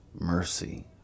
mercy